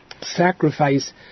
sacrifice